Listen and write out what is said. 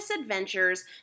adventures